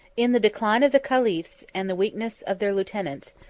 in the decline of the caliphs, and the weakness of their lieutenants,